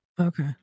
Okay